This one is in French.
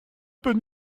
peut